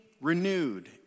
renewed